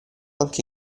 anche